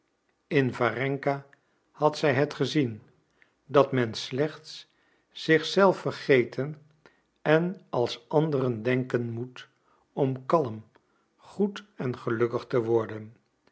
in warenka had zij het gezien dat men slechts zich zelf vergeten en als anderen denken moet om kalm goed en gelukkig te worden en